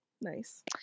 Nice